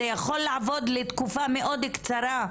זה יכול לעבוד לתקופה מאוד קצרה,